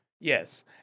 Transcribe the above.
Yes